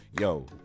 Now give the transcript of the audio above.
yo